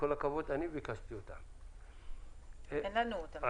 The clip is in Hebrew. הראינו אותם.